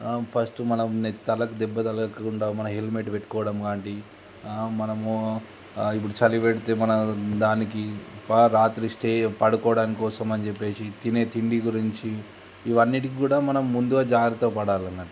first మనం తలకు దెబ్బ తగలకుండా మన హెల్మెట్ పెట్టుకోవడం లాంటి మనము ఇప్పుడు చలి పెడితే మనం దానికి రాత్రి స్టే పడుకోవడాని కోసం అని చెప్పేసి తినే తిండి గురించి ఇవన్నింటినీ కూడా మనం ముందుగా జాగ్రత్త పడాలన్నట్టు